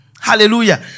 Hallelujah